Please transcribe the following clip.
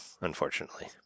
unfortunately